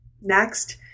Next